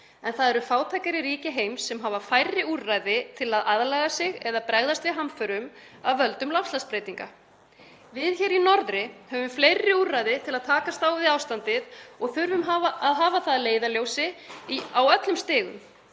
en það eru fátækari ríki heims sem hafa færri úrræði til að aðlaga sig eða bregðast við hamförum af völdum loftslagsbreytinga. Við hér í norðri höfum fleiri úrræði til að takast á við ástandið og þurfum að hafa það að leiðarljósi á öllum stigum.